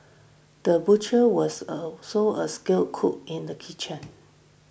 the butcher was also a skilled cook in the kitchen